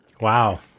Wow